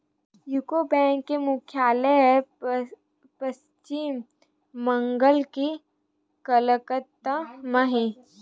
UCO bank के मुख्यालय पस्चिम बंगाल के कलकत्ता म हे